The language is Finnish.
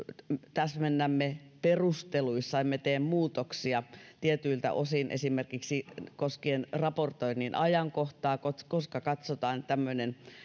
täsmennämme perusteluissa emme tee muutoksia tietyiltä osin esimerkiksi koskien raportoinnin ajankohtaa että koska katsotaan että tämmöinen